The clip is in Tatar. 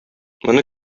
моны